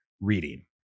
reading